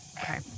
Okay